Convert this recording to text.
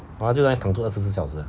!wah! 它就在那躺住二十四小时 ah